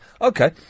Okay